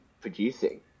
producing